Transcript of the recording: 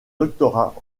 doctorat